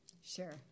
Sure